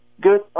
good